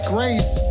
Grace